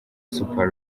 super